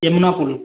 Yamuna पुल